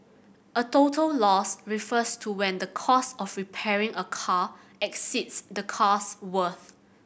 a total loss refers to when the cost of repairing a car exceeds the car's worth